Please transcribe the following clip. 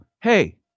hey